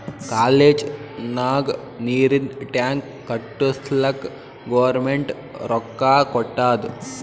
college ನಾಗ್ ನೀರಿಂದ್ tank ಕಟ್ಟುಸ್ಲಕ್ ಗೌರ್ಮೆಂಟ್ ರೊಕ್ಕಾ ಕೊಟ್ಟಾದ್